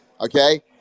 Okay